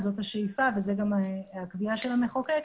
זאת השאיפה וזאת גם קביעת המחוקק,